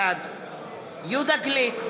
בעד יהודה גליק,